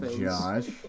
Josh